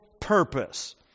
purpose